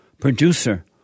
Producer